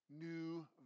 new